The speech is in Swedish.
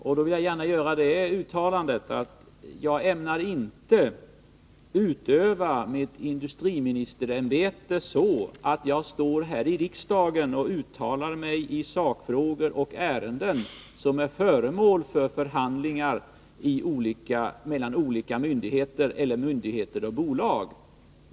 Jag vill gärna göra det uttalandet Nr 32 att jag inte ämnar utöva mitt industriministerämbete på det sättet att jag här i Tisdagen den riksdagen uttalar mig i ärenden eller om sakfrågor som är föremål för 23 november 1982 förhandlingar mellan olika myndigheter eller mellan myndigheter och bolag.